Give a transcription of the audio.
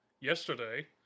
yesterday